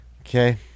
Okay